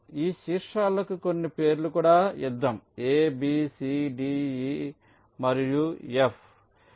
ఈ శీర్షాలకు కొన్ని పేర్లు కూడా ఇద్దాం A B C D E మరియు F